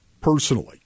personally